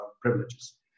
privileges